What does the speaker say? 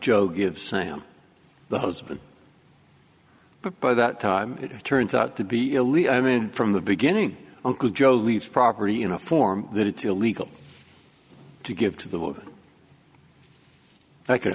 joe give sam the husband but by that time it turns out to be elite i mean from the beginning uncle joe leaves property in a form that it's illegal to give to the world i could